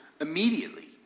Immediately